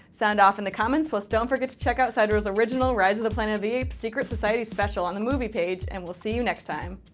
sound off in the comments plus don't forget to check out sidereel's original rise of the planet of the apes secret society special on the movie page, and we'll see you next time!